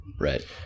Right